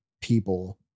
people